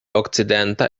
okcidenta